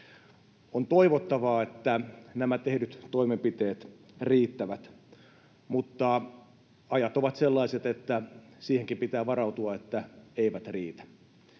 On toivottavaa, että nämä tehdyt toimenpiteet riittävät, mutta ajat ovat sellaiset, että siihenkin pitää varautua, että eivät riitä,